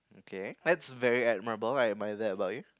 okay that's very admirable I admire that about you